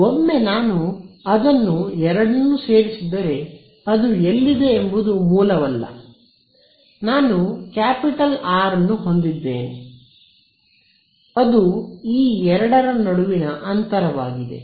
ಒಮ್ಮೆ ನಾನು ಅದನ್ನು ಎರಡನ್ನೂ ಸೇರಿಸಿದರೆ ಅದು ಎಲ್ಲಿದೆ ಎಂಬುದು ಮೂಲವಲ್ಲ ನಾನು ಕ್ಯಾಪಿಟಲ್ ಆರ್ ಅನ್ನು ಹೊಂದಿದ್ದೇನೆ ಅದು ಈ ಎರಡರ ನಡುವಿನ ಅಂತರವಾಗಿದೆ